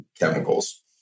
chemicals